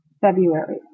February